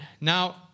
Now